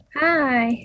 hi